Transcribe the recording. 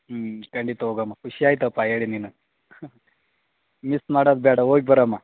ಹ್ಞೂ ಖಂಡಿತ ಹೋಗಮ ಖುಷಿ ಆಯಿತಪ್ಪ ಹೇಳಿ ನೀನು ಮಿಸ್ ಮಾಡದು ಬ್ಯಾಡ ಹೋಗ್ ಬರಮ